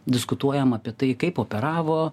diskutuojam apie tai kaip operavo